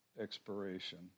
expiration